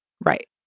Right